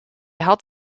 had